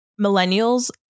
millennials